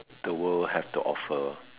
the world have to offer